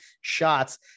shots